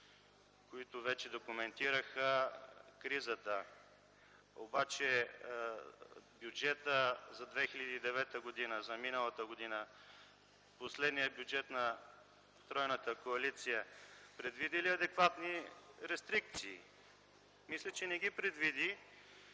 които вече документираха кризата. Обаче бюджетът за 2009 г., за миналата година, последният бюджет на тройната коалиция, предвиди ли адекватни рестрикции? Мисля, че не ги предвиди.